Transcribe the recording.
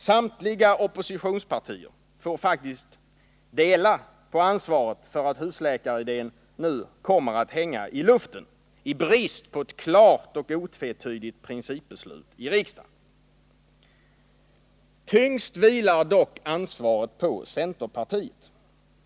Samtliga oppositionspartier får faktiskt dela ansvaret för att husläkaridén nu kommer att hänga i luften i brist på ett klart principbeslut i riksdagen. Tyngst vilar dock ansvaret på centerpartiet.